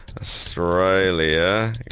Australia